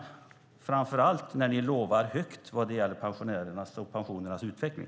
Det undrar jag framför allt när ni lovar högt vad det gäller pensionärerna och pensionernas utveckling.